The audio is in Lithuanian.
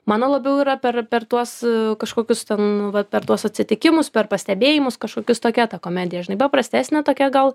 mano labiau yra per per tuos kažkokius ten vat per tuos atsitikimus per pastebėjimus kažkokius tokia ta komedija žinai paprastesnė tokia gal